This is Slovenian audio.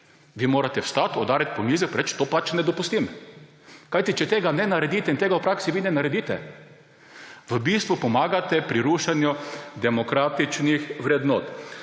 morate vi vstati, udariti po miz pa reči: »Tega pač ne dopustim.« Kajti če tega ne naredite – in tega v praksi vi ne naredite – v bistvu pomagate pri rušenju demokratičnih vrednot.